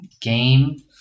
game